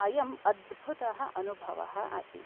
अयम् अद्भुतः अनुभवः आसीत्